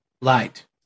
light